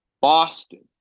Boston